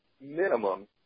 minimum